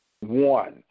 one